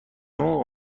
موقع